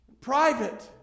private